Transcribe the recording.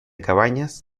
cabañas